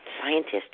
scientist